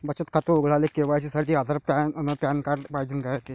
बचत खातं उघडाले के.वाय.सी साठी आधार अन पॅन कार्ड पाइजेन रायते